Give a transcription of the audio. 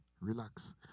Relax